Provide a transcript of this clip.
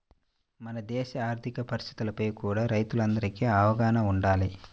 మన దేశ ఆర్ధిక పరిస్థితులపై కూడా రైతులందరికీ అవగాహన వుండాలి